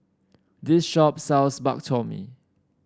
this shop sells Bak Chor Mee